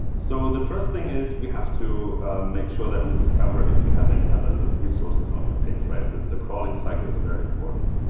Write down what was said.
so the first thing is we have to make sure that we discover if you have any other resources on your page. the the crawling cycle is very important.